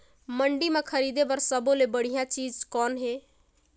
मंडी म खरीदे बर सब्बो ले बढ़िया चीज़ कौन हे?